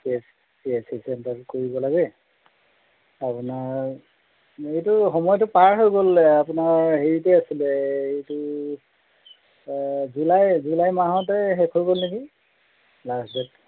C S C C S C চেণ্টাৰত কৰিব লাগে আপোনাৰ এইটো সময়টো পাৰ হৈ গ'ল আপোনাৰ হেৰিতে আছিলে এইটো জুলাই জুলাই মাহতে শেষ হৈ গ'ল নেকি লাষ্ট ডে'ট